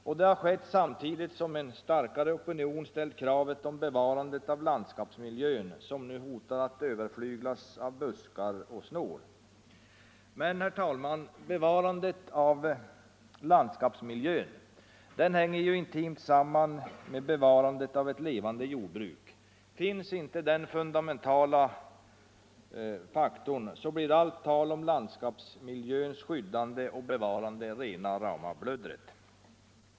Detta har skett samtidigt som en allt starkare opinion ställt kravet om bevarandet av landskapsmiljön, som nu hotar att överflyglas av buskar och snår. Men, herr talman, bevarandet av landskapsmiljön hänger intimt samman med bevarandet av ett levande jordbruk. Finns inte den fundamentala faktorn blir allt tal om landsskapsmiljöns skyddande och bevarande rena bluddret.